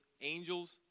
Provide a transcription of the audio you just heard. angels